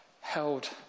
held